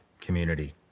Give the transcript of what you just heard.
community